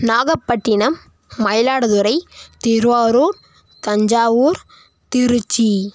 Nagapattinam Mayiladuthurai Thiruvarur Thanjavur Trichy